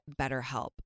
BetterHelp